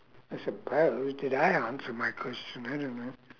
I suppose did I answer my question I don't know